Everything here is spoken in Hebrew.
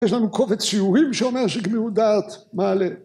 יש לנו קובץ שיעורים שאומר שגמירות דעת מעלה